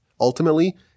Ultimately